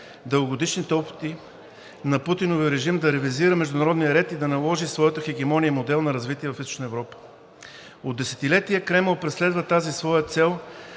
дългогодишните опити на Путиновия режим да ревизира международния ред и да наложи своята хегемония и модел на развитие в Източна Европа. От десетилетия Кремъл преследва тази своя цел